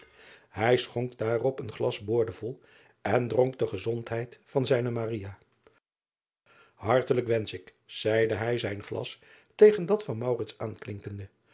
ij schonk daarop een glas boordevol en dronk de gezondheid van zijne artelijk wensch ik zeide hij zijn glas tegen dat van aanklinkende